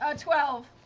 ah twelve.